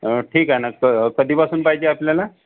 अ ठीक आहे ना त कधी पासून पाहिजे आपल्यलाला